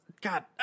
God